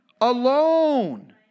alone